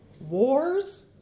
wars